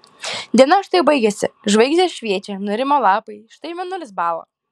diena štai baigėsi žvaigždės šviečia nurimo lapai štai mėnulis bąla